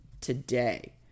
today